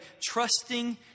trusting